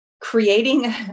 creating